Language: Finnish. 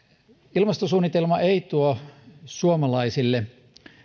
ilmastosuunnitelma ei tuo suomalaisille